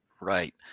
right